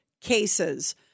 cases